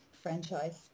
franchise